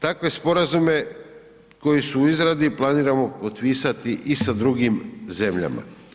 Takve sporazume koji su u izradi planiramo potpisati i sa drugim zemljama.